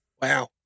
Wow